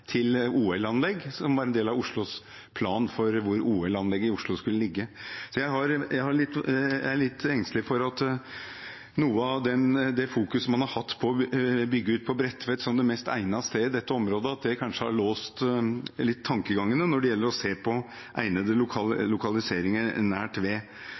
til OL-anlegg, og som var en del av Oslos plan for hvor OL-anlegget i Oslo skulle ligge. Jeg er litt engstelig for at det at man har fokusert på å bygge ut på Bredtvet, som det mest egnede stedet i dette området, kanskje har låst tankegangen litt når det gjelder å se på egnede lokaliseringer nær